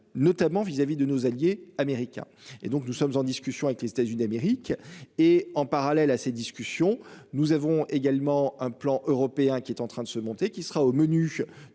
notamment vis-à-vis de nos alliés américains et donc nous sommes en discussion avec les États-Unis d'Amérique et en parallèle à ces discussions, nous avons également un plan européen qui est en train de se monter, qui sera au menu